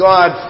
God